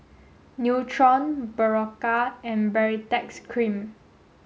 Nutren Berocca and Baritex Cream